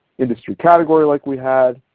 industry category like we had.